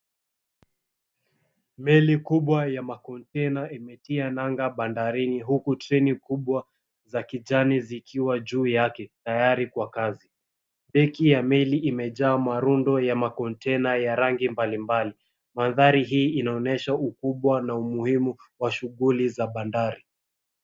Meli kubwa ya makontena imetia nanga bandarini, huku treni kubwa za kijani zikiwa juu yake tayari kwa kazi. Deki ya meli imejaa marundo ya makontena ya rangi mbalimbali. Mandhari hii inaonyesha ukubwa na umuhimu wa shughuli za bandari.